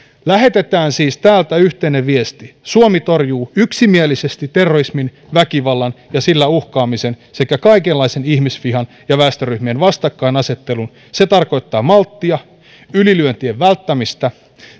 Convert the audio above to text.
lähetetään siis täältä yhteinen viesti suomi torjuu yksimielisesti terrorismin väkivallan ja sillä uhkaamisen sekä kaikenlaisen ihmisvihan ja väestöryhmien vastakkainasettelun se tarkoittaa malttia ylilyöntien välttämistä